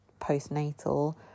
postnatal